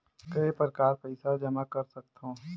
काय प्रकार पईसा जमा कर सकथव?